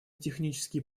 технические